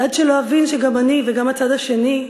ועד שלא אבין שגם אני וגם הצד השני,